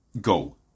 go